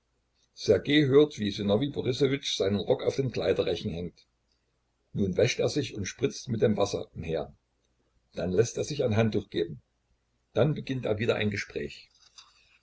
hört wie sinowij borissowitsch seinen rock auf den kleiderrechen hängt nun wäscht er sich und spritzt mit dem wasser umher dann läßt er sich ein handtuch geben dann beginnt er wieder ein gespräch